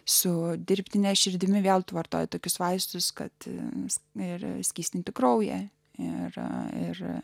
su dirbtine širdimi vėl vartoja tokius vaistus kad ims ir skystinti kraują ir